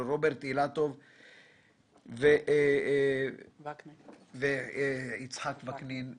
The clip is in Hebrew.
לרוברט אילטוב, ליצחק וקנין,